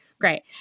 Great